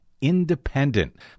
independent